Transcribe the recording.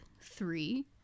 three